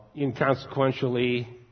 inconsequentially